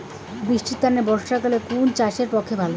বৃষ্টির তানে বর্ষাকাল কুন চাষের পক্ষে ভালো?